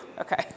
Okay